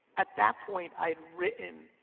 at that point i'd written.